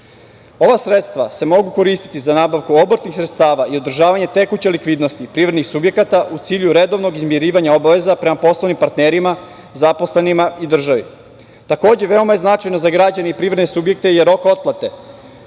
sredstva se mogu koristiti za nabavku obrtnih sredstava i održavanje tekuće likvidnosti privrednih subjekata u cilju redovnog izmirivanja obaveza prema poslovnim partnerima, zaposlenima i državi. Takođe, veoma značajno za građane i privredne subjekte je rok otplate.